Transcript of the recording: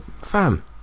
Fam